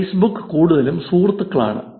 Facebook കൂടുതലും സുഹൃത്തുക്കളാണ്